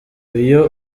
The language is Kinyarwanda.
iyo